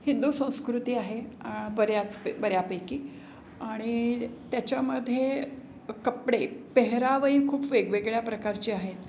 हिंदू संस्कृती आहे आ बऱ्याच प बऱ्यापैकी आणि त्याच्यामध्ये कपडे पेहरावही खूप वेगवेगळ्या प्रकारचे आहेत